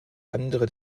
andere